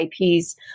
IPs